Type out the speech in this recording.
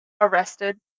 arrested